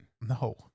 No